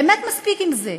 באמת, מספיק עם זה.